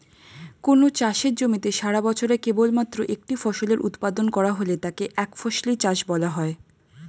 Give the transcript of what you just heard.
কোনও চাষের জমিতে সারাবছরে কেবলমাত্র একটি ফসলের উৎপাদন করা হলে তাকে একফসলি চাষ বলা হয়